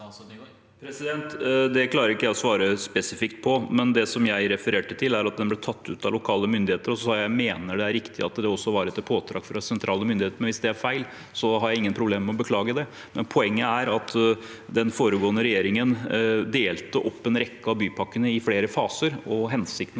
Det klarer jeg ikke å svare spesifikt på. Det jeg refererte til, er at den ble tatt ut av lokale myndigheter, og så mener jeg det er riktig at det var etter påtrykk fra sentrale myndigheter. Hvis det er feil, har jeg ingen problemer med å beklage det. Poenget er at den foregående regjeringen delte opp en rekke av bypakkene i flere faser. Hensikten